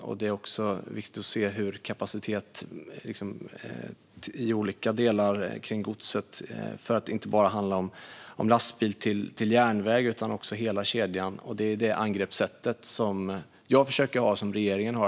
När det gäller gods är det viktigt att se kapaciteten i olika delar. Det handlar inte bara om lastbilar och järnväg utan om hela kedjan. Det är det angreppssättet jag och regeringen har.